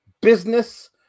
Business